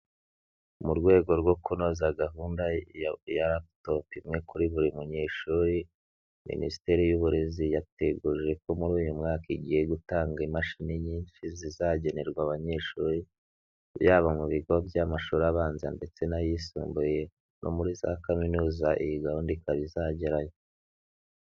Mu rwego rwo kunoza gahunda ya raputopu imwe kuri buri munyeshuri, minisiteri y'uburezi yateguje ko muri uyu mwaka igiye gutanga imashini nyinshi zizagenerwa abanyeshuri, yaba mu bigo by'amashuri abanza ndetse n'ayisumbuye, no muri za kaminuza, iyi gahunda ikaba izagerayo.